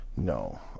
No